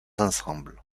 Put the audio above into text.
ensembles